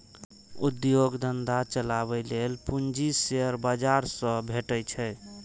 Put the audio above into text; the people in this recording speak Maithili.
उद्योग धंधा चलाबै लेल पूंजी शेयर बाजार सं भेटै छै